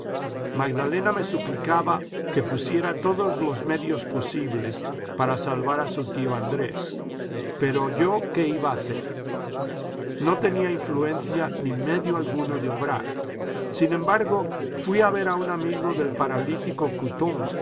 luxemburgo magdalena me suplicaba que pusiera todos los medios posibles para salvar a su tío andrés pero yo qué iba a hacer no tenía influencia ni medio alguno de obrar sin embargo fui a ver a un amigo del paralítico couthon